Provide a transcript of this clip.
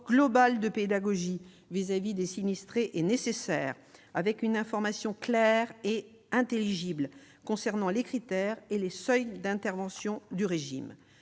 global de pédagogie à destination des sinistrés est nécessaire, par une information claire et intelligible quant aux critères et aux seuils d'intervention du régime.